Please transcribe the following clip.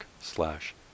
slash